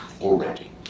already